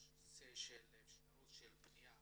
בנושא של אפשרות של פנייה